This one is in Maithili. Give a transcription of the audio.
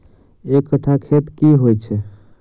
एक कट्ठा खेत की होइ छै?